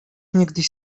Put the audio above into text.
niegdyś